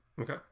Okay